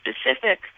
specific